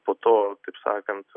po to kaip sakant